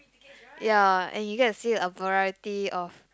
ya and you get to see a variety of